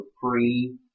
free